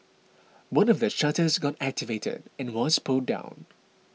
one of the shutters got activated and was pulled down